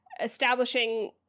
establishing